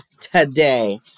today